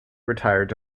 retired